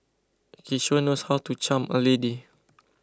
he sure knows how to charm a lady